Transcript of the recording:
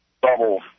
Bubble